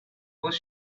was